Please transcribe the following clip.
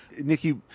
Nikki